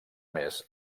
més